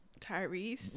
Tyrese